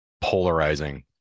polarizing